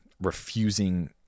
refusing